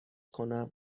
کنم